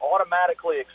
automatically